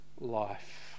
life